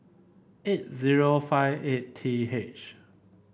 eight zero five eight T H